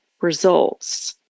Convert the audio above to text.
results